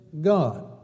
God